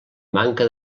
manca